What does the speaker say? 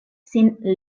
sin